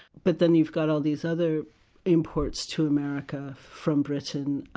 but then you've got all these other imports to america from britain,